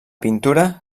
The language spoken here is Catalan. pintura